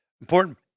important